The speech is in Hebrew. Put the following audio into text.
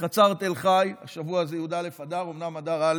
בחצר תל חי, השבוע זה י"א באדר, אומנם אדר א'